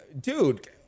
dude